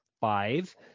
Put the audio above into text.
five